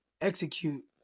execute